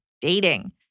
dating